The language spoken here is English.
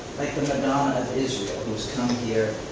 like the madonna of israel, who was coming here.